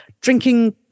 drinking